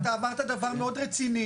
אתה אמרת דבר מאוד רציני,